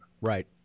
Right